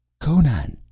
conan!